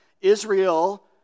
Israel